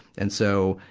and so,